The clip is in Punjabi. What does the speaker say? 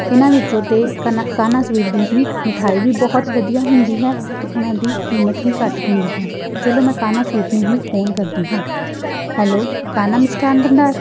ਇਹਨਾਂ ਵਿੱਚੋਂ ਤਾਂ ਕਾਨਾ ਕਾਨਾ ਸਵੀਟ ਦੀ ਹੀ ਮਿਠਾਈ ਵੀ ਬਹੁਤ ਵਧੀਆ ਹੁੰਦੀ ਹੈ ਅਤੇ ਉਹਨਾਂ ਦੀ ਕੀਮਤ ਹੀ ਘੱਟ ਹੁੰਦੀ ਹੈ ਚਲੋ ਮੈਂ ਕਾਨਾ ਸਵੀਟ ਨੂੰ ਹੀ ਫੋਨ ਕਰਦੀ ਹਾਂ ਹੈਲੋ ਕਾਨਾ ਮਿਸ਼ਠਾਨ ਭੰਡਾਰ